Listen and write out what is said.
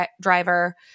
driver